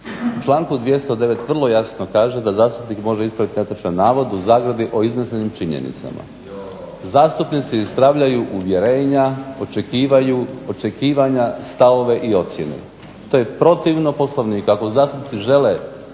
članku 209. vrlo jasno kaže da zastupnik može ispraviti navod (o iznesenim činjenicama), zastupnici ispravljaju uvjerenja, očekivanja, stavove i ocjene, to je protivno Poslovniku. Ako zastupnici žele